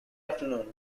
afternoon